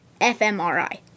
fMRI